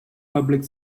public